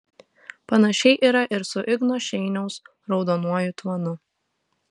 panašiai yra ir su igno šeiniaus raudonuoju tvanu